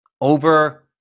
Over